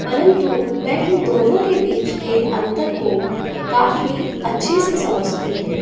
परंतु मैं इन दोनों के बीच के अंतर को काफ़ी अच्छे से समझती हूँ